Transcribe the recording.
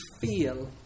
feel